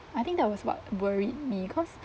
I think that was what worried me cause